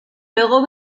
luego